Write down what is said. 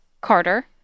Carter